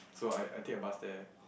so I I take a bus there